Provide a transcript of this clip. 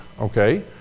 Okay